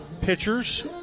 pitchers